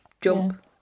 Jump